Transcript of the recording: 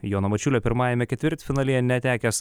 jono mačiulio pirmajame ketvirtfinalyje netekęs